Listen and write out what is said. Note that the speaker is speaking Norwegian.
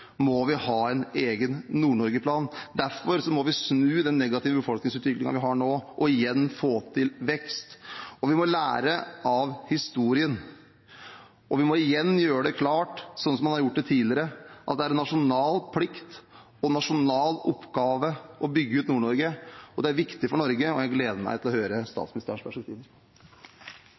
må vi ha en egen Nord-Norge-plan. Derfor må vi snu den negative befolkningsutviklingen vi har nå, og igjen få til vekst. Og vi må lære av historien. Vi må igjen gjøre det klart, slik man har gjort tidligere, at det er en nasjonal plikt og en nasjonal oppgave å bygge ut Nord-Norge. Det er viktig for Norge, og jeg gleder meg til å høre statsministerens